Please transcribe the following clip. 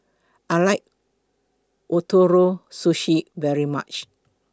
I like Ootoro Sushi very much